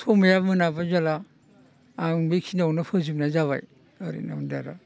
समा मोनाबाय जेब्ला आं बेखिनियावनो फोजोबनाय जाबाय ओरै होनना बुंदों आरो